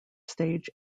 stage